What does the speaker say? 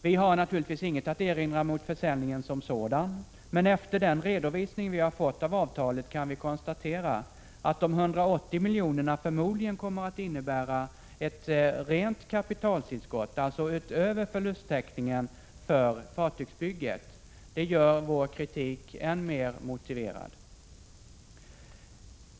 Vi har naturligtvis inget att erinra mot försäljningen som sådan, men efter den redovisning vi har fått av avtalet kan vi konstatera, att de 180 miljonerna förmodligen kommer att innebära ett rent kapitaltillskott, alltså utöver förlusttäckningen för fartygsbygget. Det gör vår kritik än mer motiverad.